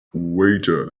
waiter